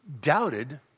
doubted